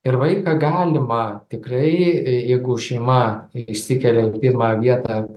ir vaiką galima tikrai jeigu šeima išsikelia ugdymą vietą